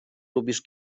lubisz